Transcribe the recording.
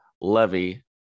Levy